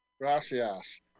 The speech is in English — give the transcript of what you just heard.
Gracias